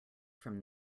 from